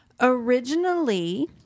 Originally